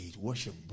worship